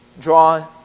draw